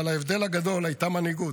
אבל ההבדל הגדול הוא שהייתה מנהיגות.